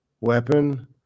weapon